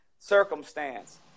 circumstance